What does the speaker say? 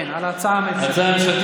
כן, על ההצעה הממשלתית.